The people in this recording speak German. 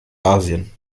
asien